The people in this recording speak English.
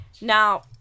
Now